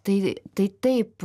tai tai taip